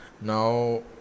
now